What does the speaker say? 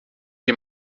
dem